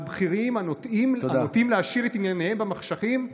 בכירים הנוטים להשאיר את ענייניהם במחשכים,